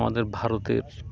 আমাদের ভারতের